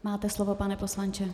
Máte slovo, pane poslanče.